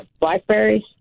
blackberries